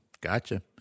gotcha